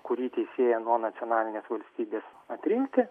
kurį teisėją nuo nacionalinės valstybės atrinkti